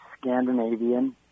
Scandinavian